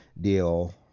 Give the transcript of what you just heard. deal